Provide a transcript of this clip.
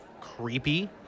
creepy